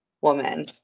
woman